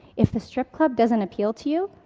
if the strip club doesn't appeal to you,